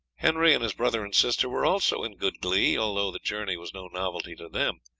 henry and his brother and sister were also in good glee, although the journey was no novelty to them,